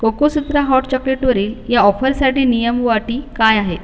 Cocosutra hot चॉकलेटवरील या ऑफरसाठी नियम व अटी काय आहेत